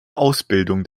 ausbildung